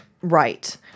Right